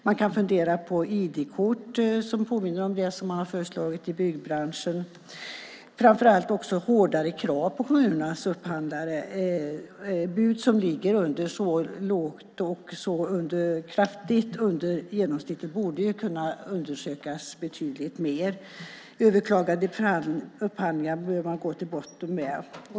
Man kan fundera på ID-kort som påminner om det man har föreslagit i byggbranschen. Vi har framför allt också hårdare krav på kommunernas upphandlare. Bud som ligger så kraftigt under genomsnittet borde kunna undersökas betydligt mer. Överklagade upphandlingar bör man gå till botten med.